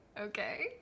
okay